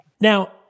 Now